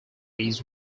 his